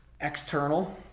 external